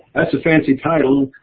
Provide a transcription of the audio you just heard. that's a fancy title.